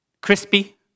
crispy